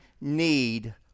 need